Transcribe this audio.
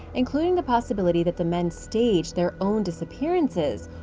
including the possibility that the men staged their own disappearances,